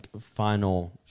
final